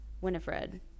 Winifred